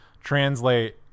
translate